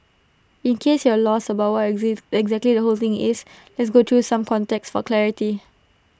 in case you're lost about what exactly the whole thing is let's go through some context for clarity